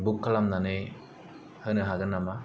book खालामनानै होनो हागोन नामा